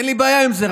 אין לי בעיה עם זה,